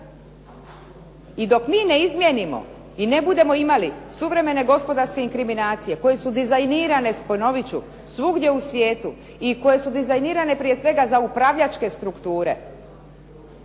Dok mi ne izmijenimo i ne budemo imali suvremene gospodarske inkriminacije koje su dizajnirane, ponovit ću, svugdje u svijetu i koje su dizajnirane prije svega za upravljačke strukture